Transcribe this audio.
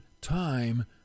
time